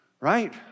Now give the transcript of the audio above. right